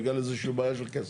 בגלל איזה שהיא בעיה של כסף.